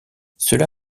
cela